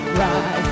rise